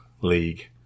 league